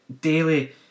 daily